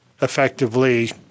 effectively